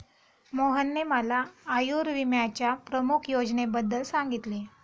मोहनने मला आयुर्विम्याच्या प्रमुख योजनेबद्दल सांगितले